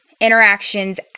interactions